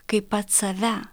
kaip pats save